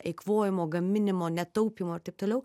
eikvojimo gaminimo netaupymo ir taip toliau